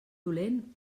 dolent